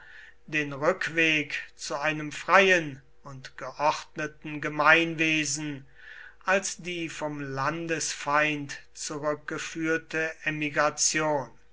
den rückweg zu einem freien und geordneten gemeinwesen als die vom landesfeind zurückgeführte emigration